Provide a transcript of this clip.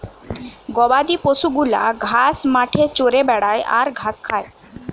গবাদি পশু গুলা ঘাস মাঠে চরে বেড়ায় আর ঘাস খায়